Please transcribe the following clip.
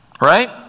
Right